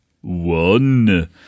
one